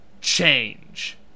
change